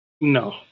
No